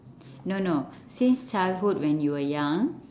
no no since childhood when you were young